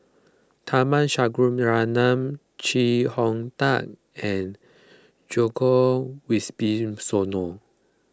Tharman Shanmugaratnam Chee Hong Tat and Djoko Wibisono